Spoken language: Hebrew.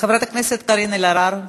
חברת הכנסת קארין אלהרר,